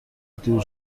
دور